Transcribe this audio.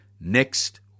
next